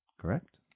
correct